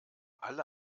alle